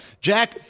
Jack